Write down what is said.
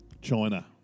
China